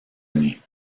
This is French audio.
unis